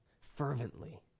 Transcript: fervently